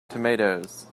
tomatoes